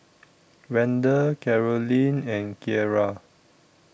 Randall Carolynn and Keira